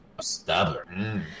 stubborn